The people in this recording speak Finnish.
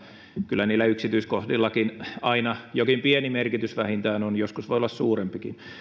kyllä niillä yksityiskohdillakin aina jokin pieni merkitys vähintään on joskus voi olla suurempikin